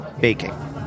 baking